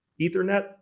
ethernet